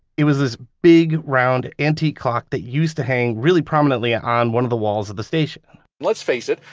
it was this big round antique clock that used to hang really prominently on one of the walls of the station let's face it.